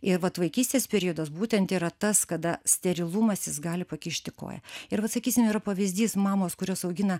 ir vat vaikystės periodas būtent yra tas kada sterilumas jis gali pakišti koją ir vat sakysim yra pavyzdys mamos kurios augina